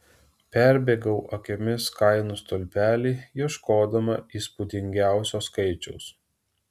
perbėgau akimis kainų stulpelį ieškodama įspūdingiausio skaičiaus